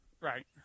Right